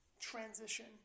transition